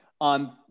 on